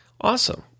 Awesome